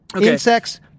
Insects